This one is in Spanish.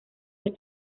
los